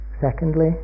secondly